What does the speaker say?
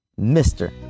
Mr